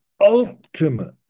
ultimate